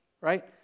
right